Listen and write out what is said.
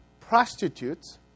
Prostitutes